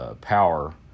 power